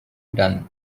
done